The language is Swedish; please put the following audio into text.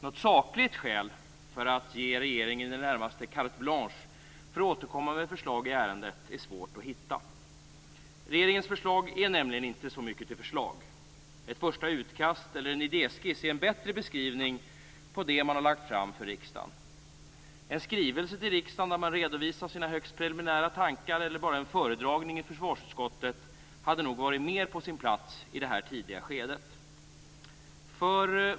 Något sakligt skäl att ge regeringen i det närmaste carte blanche för att återkomma med förslag i ärendet är svårt att hitta. Regeringens förslag är nämligen inte mycket till förslag. Ett första utkast eller en idéskiss är en bättre beskrivning av det man har lagt fram för riksdagen. En skrivelse till riksdagen där man redovisade sina högst preliminära tankar eller bara en föredragning i försvarsutskottet hade nog varit mer på sin plats i detta tidiga skede.